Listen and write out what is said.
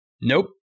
Nope